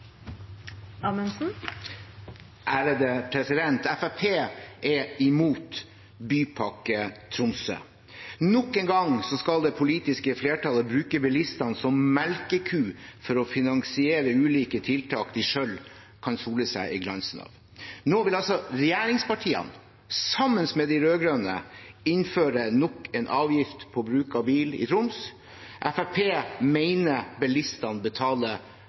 er imot Bypakke Tenk Tromsø. Nok en gang skal det politiske flertallet bruke bilistene som melkeku for å finansiere ulike tiltak de selv kan sole seg i glansen av. Nå vil altså regjeringspartiene, sammen med de rød-grønne, innføre nok en avgift på bruk av bil i Troms. Fremskrittspartiet mener bilistene betaler